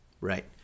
Right